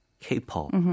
K-pop